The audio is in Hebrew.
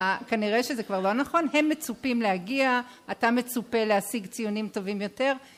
כנראה שזה כבר לא נכון, הם מצופים להגיע, אתה מצופה להשיג ציונים טובים יותר